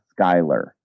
Skyler